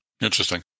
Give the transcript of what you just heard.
Interesting